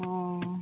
ও